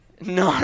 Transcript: No